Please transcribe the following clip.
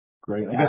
Great